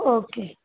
okay